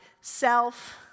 self